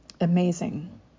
Amazing